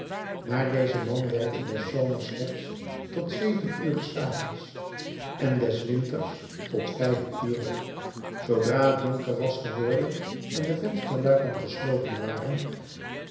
maar deze man werkte des zomers slechts tot zeven ure s avonds en des winters tot vijf ure zoodra het donker was geworden en de vensterluiken gesloten waren